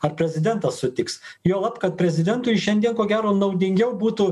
ar prezidentas sutiks juolab kad prezidentui šiandie ko gero naudingiau būtų